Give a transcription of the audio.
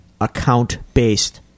account-based